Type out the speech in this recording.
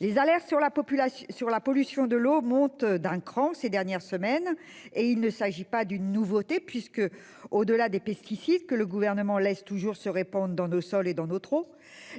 Les alertes sur la pollution de l'eau sont montées d'un cran ces dernières semaines. Il ne s'agit pas d'une nouveauté, puisque, au-delà des pesticides que le Gouvernement laisse toujours se répandre dans nos sols et dans notre eau,